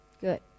Good